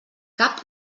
cap